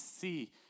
see